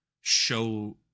show